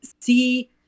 see